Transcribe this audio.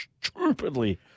stupidly